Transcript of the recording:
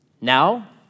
Now